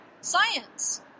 science